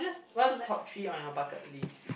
what's top three on your bucket list